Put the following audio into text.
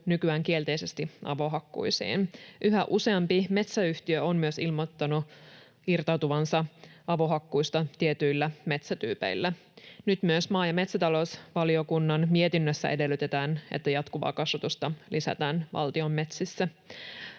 nykyään kielteisesti avohakkuisiin. Yhä useampi metsäyhtiö on myös ilmoittanut irtautuvansa avohakkuista tietyillä metsätyypeillä. Nyt myös maa- ja metsätalousvaliokunnan mietinnössä edellytetään, että jatkuvaa kasvatusta lisätään valtion metsissä.